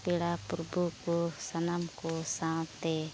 ᱯᱮᱲᱟ ᱯᱨᱚᱵᱷᱩ ᱠᱚ ᱥᱟᱱᱟᱢ ᱠᱚ ᱥᱟᱶᱛᱮ